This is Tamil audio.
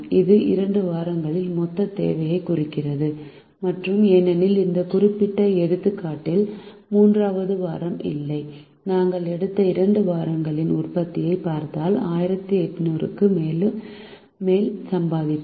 இது 2 வாரங்களில் மொத்த தேவையை குறிக்கிறது மற்றும் ஏனெனில் இந்த குறிப்பிட்ட எடுத்துக்காட்டில் மூன்றாவது வாரம் இல்லை நாங்கள் எடுத்த 2 வாரங்களின் உற்பத்தியைப் பார்த்தால் 1800 க்கு மேல் சம்பாதிப்போம்